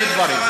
בנושא